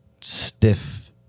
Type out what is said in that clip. stiff